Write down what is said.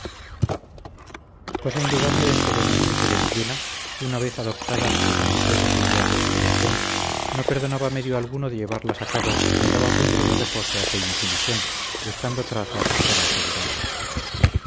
cosa indudable es que don enrique de villena una vez adoptadas sus ambiciosas ideas de elevación no perdonaba medio alguno de llevarlas a cabo ni daba punto de reposo a su imaginación buscando trazas para asegurarlas